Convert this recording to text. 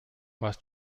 was